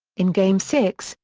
in game six,